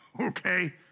okay